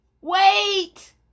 wait